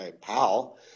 pal